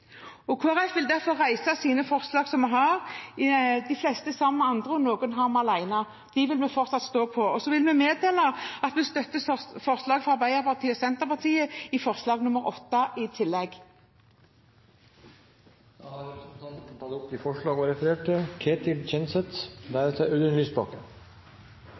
som Kristelig Folkeparti har sammen med andre, og de forslagene som vi har alene. Dem vil vi fortsatt stå på. Så vil vi meddele at vi i tillegg støtter forslag nr. 8, fra Arbeiderpartiet og Senterpartiet. Representanten Olaug V. Bollestad har tatt opp de forslagene hun refererte til.